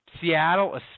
Seattle